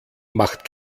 macht